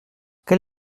quel